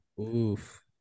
Oof